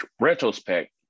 retrospect